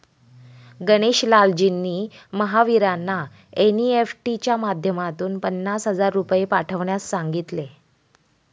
गणेश लालजींनी महावीरांना एन.ई.एफ.टी च्या माध्यमातून पन्नास हजार रुपये पाठवण्यास सांगितले